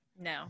No